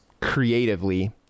creatively